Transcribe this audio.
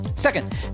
Second